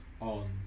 on